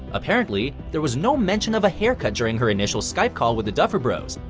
apparently, there was no mention of a haircut during her initial skype call with the duffer bros.